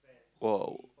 !wow!